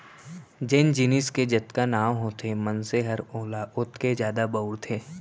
जेन जिनिस के जतका नांव होथे मनसे हर ओला ओतके जादा बउरथे